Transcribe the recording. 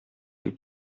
que